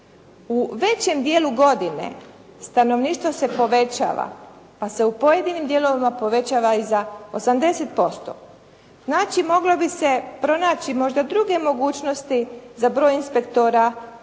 u većem dijelu godine stanovništvo se povećava pa se u pojedinim dijelovima povećava i za 80%. Znači moglo bi se pronaći možda druge mogućnosti za broj inspektora.